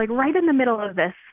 like right in the middle of this,